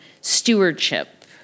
stewardship